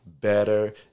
better